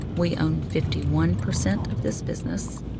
we own fifty one percent of this business,